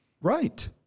Right